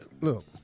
look